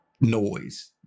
noise